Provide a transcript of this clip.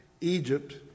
Egypt